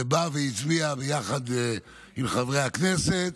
ובא והצביע יחד עם חברי הכנסת.